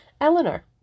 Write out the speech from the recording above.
Eleanor